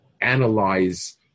analyze